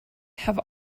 have